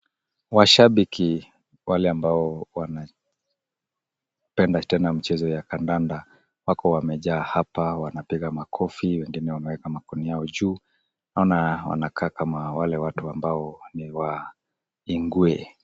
Washabiki wale ambao wanapenda tena mchezo ya kandanda wako wamejaa hapa wanapiga makofi wengine wameeka mikono yao juu, naona wanakaa kama watu ambao ni wa ingwee.